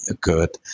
good